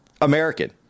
American